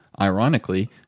Ironically